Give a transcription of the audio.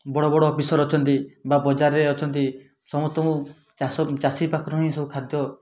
ବଡ଼ ବଡ଼ ଅଫିସର୍ ଅଛନ୍ତି ବା ବଜାରରେ ଅଛନ୍ତି ସମସ୍ତଙ୍କୁ ଚାଷ ଚାଷୀ ପାଖରୁ ହିଁ ସବୁ ଖାଦ୍ୟ